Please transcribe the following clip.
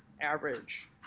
Average